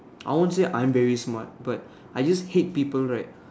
I won't say I'm very smart but I just hate people right